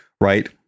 right